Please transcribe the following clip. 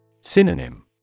Synonym